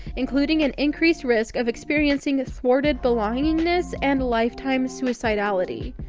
including an increased risk of experiencing thwarted belongingness and lifetime suicidality.